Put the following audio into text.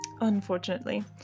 unfortunately